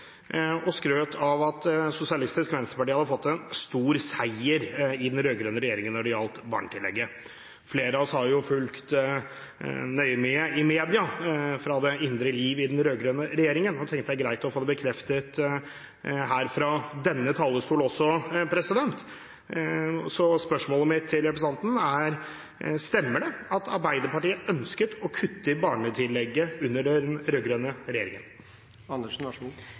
skrøt av at Sosialistisk Venstreparti hadde fått en stor seier i den rød-grønne regjeringen når det gjaldt barnetillegget. Flere av oss har fulgt nøye med i media fra det indre liv i den rød-grønne regjeringen, og jeg tenkte det er greit å få det bekreftet her fra denne talerstol også. Spørsmålet mitt til representanten er: Stemmer det at Arbeiderpartiet ønsket å kutte i barnetillegget under den rød-grønne regjeringen?